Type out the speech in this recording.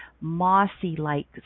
mossy-like